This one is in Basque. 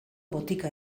botika